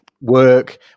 work